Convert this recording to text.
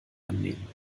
annehmen